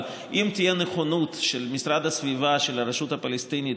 אבל אם תהיה נכונות של משרד הסביבה של הרשות הפלסטינית